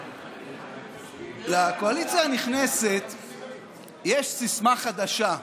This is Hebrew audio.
לקואליציה הנכנסת יש סיסמה חדשה: